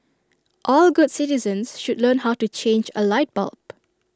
all good citizens should learn how to change A light bulb